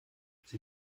sie